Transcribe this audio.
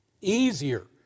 easier